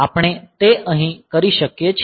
આપણે તે અહીં કરી શકીએ છીએ